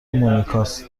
مونیکاست